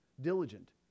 diligent